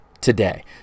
today